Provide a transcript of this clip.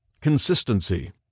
Consistency